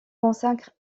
consacre